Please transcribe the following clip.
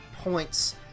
points